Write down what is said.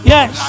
Yes